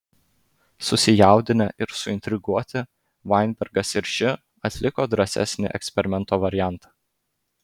susijaudinę ir suintriguoti vainbergas ir ši atliko drąsesnį eksperimento variantą